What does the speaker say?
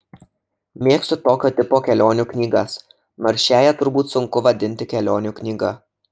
mėgstu tokio tipo kelionių knygas nors šiąją turbūt sunku vadinti kelionių knyga